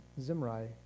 Zimri